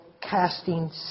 casting